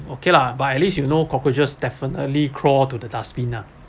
okay lah but at least you know cockroaches definitely crawl to the dustbin ah